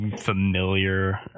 familiar